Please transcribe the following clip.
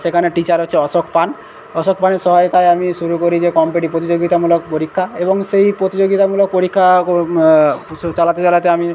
সেখানে টিচার হচ্ছে অশোক পান অশোক পানের সহায়তায় আমি শুরু করি যে কম্পেটিটিভ প্রতিযোগিতামূলক পরীক্ষা এবং সেই প্রতিযোগিতামূলক পরীক্ষাও চালাতে চালাতে আমি